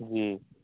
جی